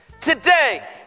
Today